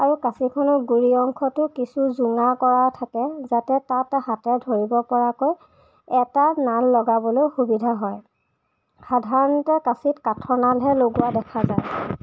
আৰু কাঁচিখনৰ গুৰি অংশটো কিছু জোঙা কৰা থাকে যাতে তাত হাতেৰে ধৰিব পৰাকৈ এটা নাল লগাবলৈ সুবিধা হয় সাধাৰণতে কাঁচিত কাঠৰ নালহে লগোৱা দেখা যায়